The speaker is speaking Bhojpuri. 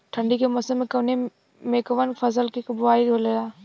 ठंडी के मौसम कवने मेंकवन फसल के बोवाई होखेला?